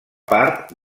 part